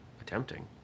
attempting